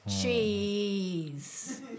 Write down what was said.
Cheese